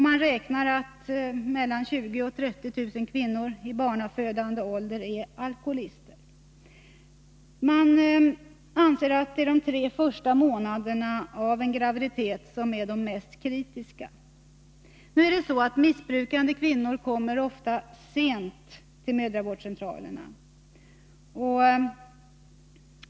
Man räknar med att mellan 20 000 och 30 000 kvinnor i barnafödande ålder är alkoholister. Man anser att det är de tre första månaderna av en graviditet som är de mest kritiska, men missbrukande kvinnor kommer ofta sent till mödravårdscentralerna.